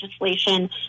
legislation